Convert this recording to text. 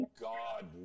God